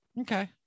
okay